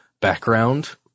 background